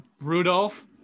Rudolph